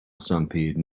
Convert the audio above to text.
stampede